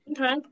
Okay